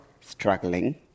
struggling